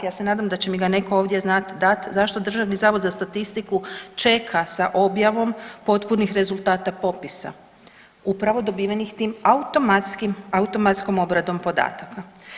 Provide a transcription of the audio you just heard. Ja se nadam da će mi ga netko ovdje znat dat zašto Državni zavod za statistiku čeka sa objavom potpunih rezultata popisa upravo dobiveni tom automatskom obradom podataka.